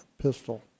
pistol